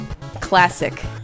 classic